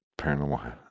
paranormal